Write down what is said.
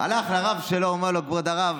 הלך לרב שלו, אמר לו: כבוד הרב,